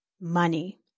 money